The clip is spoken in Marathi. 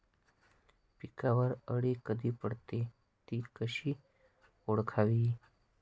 पिकावर अळी कधी पडते, ति कशी ओळखावी?